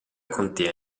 contea